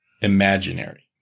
imaginary